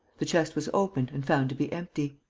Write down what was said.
the chest was opened and found to be empty.